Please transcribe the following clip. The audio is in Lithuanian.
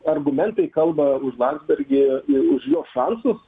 argumentai kalba už landsbergį ir už jo šansus